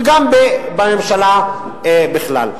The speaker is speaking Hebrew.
וגם בממשלה בכלל.